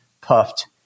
puffed